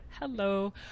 Hello